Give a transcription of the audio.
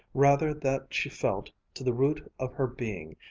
rather that she felt, to the root of her being,